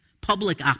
public